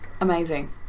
amazing